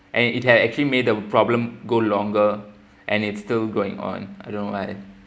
and it had actually made a problem go longer and it's still going on I don't know why